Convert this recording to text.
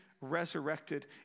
resurrected